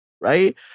right